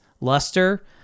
luster